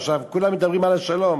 עכשיו כולם מדברים על השלום: